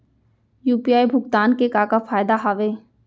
UPI भुगतान के का का फायदा हावे?